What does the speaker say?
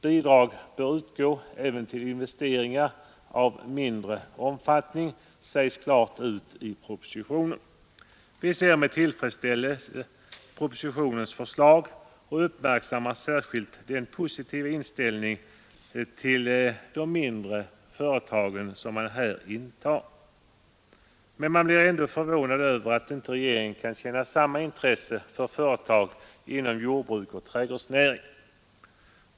Bidrag bör utgå även till investeringar av mindre omfattning — det sägs klart ut i propositionen. Vi ser med tillfredsställelse propositionens förslag och uppmärksammar särskilt den positiva inställningen till de mindre företagen. Men man blir då förvånad över att regeringen inte kan känna samma intresse för företag inom jordbruk och trädgårdsnäring.